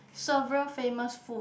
several famous food